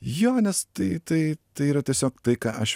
jo nes tai tai tai yra tiesiog tai ką aš